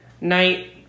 night